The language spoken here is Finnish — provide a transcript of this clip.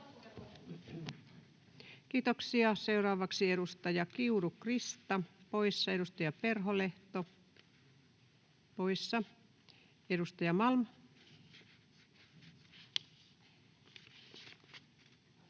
Kiitoksia. — Edustaja Kiuru, Krista, poissa, edustaja Perholehto poissa. — Edustaja Malm. Arvoisa